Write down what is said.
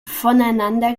voneinander